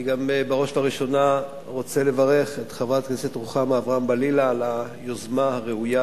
בראש ובראשונה אני רוצה לברך את רוחמה אברהם-בלילא על היוזמה הראויה,